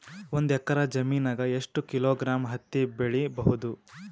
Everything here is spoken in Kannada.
ಒಂದ್ ಎಕ್ಕರ ಜಮೀನಗ ಎಷ್ಟು ಕಿಲೋಗ್ರಾಂ ಹತ್ತಿ ಬೆಳಿ ಬಹುದು?